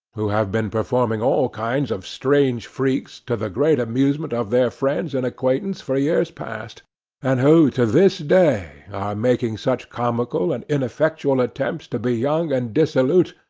who have been performing all kinds of strange freaks, to the great amusement of their friends and acquaintance, for years past and who to this day are making such comical and ineffectual attempts to be young and dissolute,